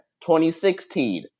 2016